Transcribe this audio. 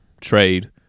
trade